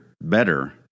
better –